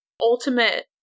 ultimate